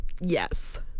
Yes